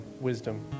wisdom